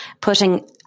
putting